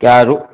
क्या रूम